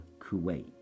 Kuwait